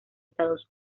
estados